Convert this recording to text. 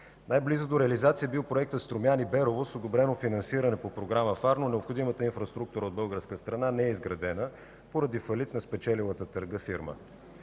Най-близо до реализация е бил проектът Струмяни – Берово, с одобрено финансиране по Програма ФАР, но необходимата инфраструктура от българска страна не е изградена поради фалит на спечелилата търга фирма.